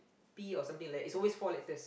P or something like that it's always four letters